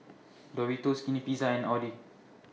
Doritos Skinny Pizza and Audi